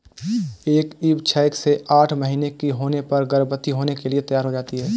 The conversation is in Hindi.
एक ईव छह से आठ महीने की होने पर गर्भवती होने के लिए तैयार हो जाती है